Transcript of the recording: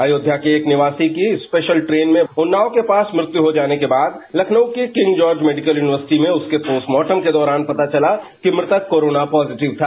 अयोध्या के एक निवासी की स्पेशल ट्रेन में उन्नाव के पास मृत्यु हो जाने के बाद लखनऊ के किंग जॉर्ज मेडिकल यूनिवर्सिटी में उसके पोस्टमार्टम के दौरान पता चला कि मृतक कोरोना पॉजिटिव था